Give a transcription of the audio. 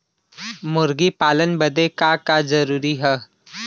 मुर्गी पालन बदे का का जरूरी ह?